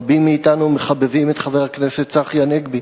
רבים מאתנו מחבבים את חבר הכנסת צחי הנגבי,